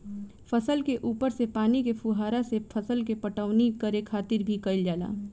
फसल के ऊपर से पानी के फुहारा से फसल के पटवनी करे खातिर भी कईल जाला